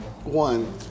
one